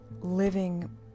living